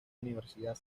universidad